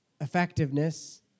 effectiveness